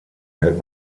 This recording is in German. hält